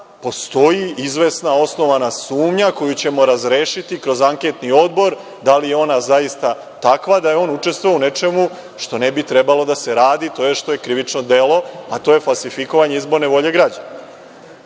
postoji izvesna osnovana sumnja koju ćemo razrešiti kroz anketni odbor, da li je ona zaista takva, da je on učestvovao u nečemu što ne bi trebalo da se radi, a što je krivično delo, a to je falsifikovanje izborne volje građana. To